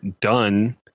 done